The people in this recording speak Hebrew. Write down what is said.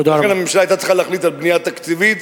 לכן הממשלה היתה צריכה להחליט על בנייה תקציבית,